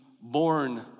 born